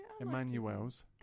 Emmanuel's